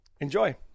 Enjoy